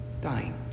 dying